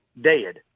dead